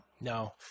No